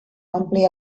ompli